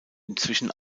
inzwischen